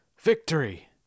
victory